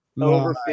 over